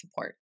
support